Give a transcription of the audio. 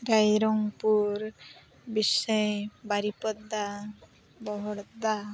ᱨᱟᱭᱨᱚᱝᱯᱩᱨ ᱵᱤᱥᱚᱭ ᱵᱟᱨᱤᱯᱟᱫᱟ ᱵᱚᱦᱚᱲᱫᱟ